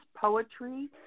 poetry